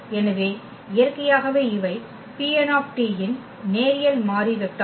எனவே இயற்கையாகவே இவை Pn இன் நேரியல் மாறி வெக்டார்கள்